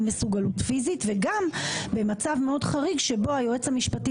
אי מסוגלות פיזית וגם במצב מאוד חריג שבו היועץ המשפטי